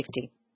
Safety